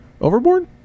Overboard